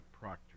Proctor